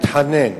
מתחנן,